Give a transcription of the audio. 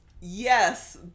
Yes